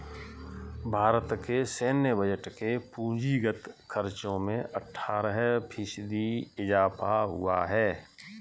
भारत के सैन्य बजट के पूंजीगत खर्चो में अट्ठारह फ़ीसदी इज़ाफ़ा हुआ है